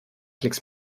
klicks